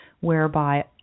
whereby